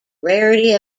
rarity